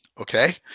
okay